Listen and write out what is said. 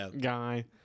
guy